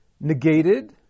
negated